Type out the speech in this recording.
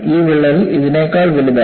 ഈ വിള്ളൽ ഇതിനേക്കാൾ വലുതായി